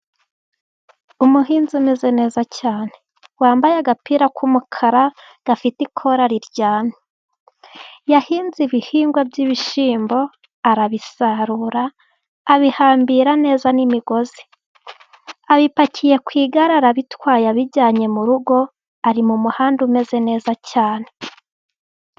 umuhinzi umeze neza cyane, wambaye agapira k'umukara gafite ikora riryamye, yahinze ibihingwa by'ibishyimbo arabisarura, abihambira neza n'imigozi ayipakiye ku igare arabitwaye abijyanye mu rugo ari mu muhanda umeze neza cyane.